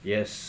Yes